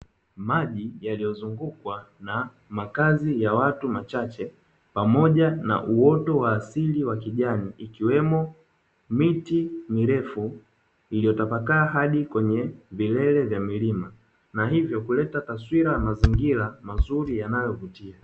Maji yaliyozungukwa na makazi ya watu machache, pamoja na uoto wa asili wa kijani, ikiwemo miti mirefu iliyotapakaa hadi kwenye vilele vya milima na hivyo kuleta taswira ya mazingira mazuri yanayovutia.